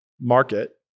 market